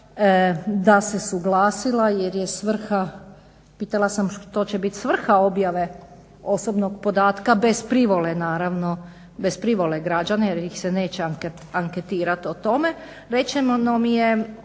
da se suglasila jer je svrha, pitala sam što će bit svrha objave osobnog podatka bez privole naravno bez privole građana jer ih s neće anketirat o tome,